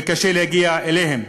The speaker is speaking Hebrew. וקשה להגיע אליהם.